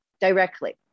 directly